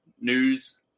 news